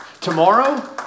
tomorrow